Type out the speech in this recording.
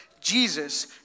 Jesus